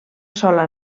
sola